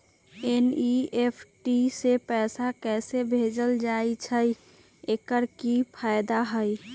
NEFT से पैसा कैसे भेजल जाइछइ? एकर की फायदा हई?